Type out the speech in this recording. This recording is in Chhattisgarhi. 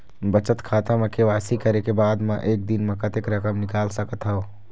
बचत खाता म के.वाई.सी करे के बाद म एक दिन म कतेक रकम निकाल सकत हव?